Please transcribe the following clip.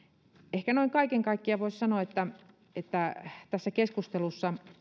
ehkä noin kaiken kaikkiaan voisi sanoa että että tässä keskustelussa